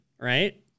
right